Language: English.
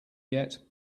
yet